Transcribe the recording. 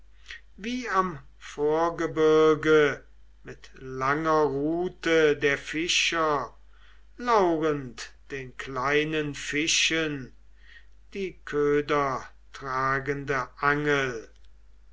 wie am vorgebirge mit langer rute der fischer lauernd den kleinen fischen die ködertragende angel